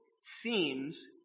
seems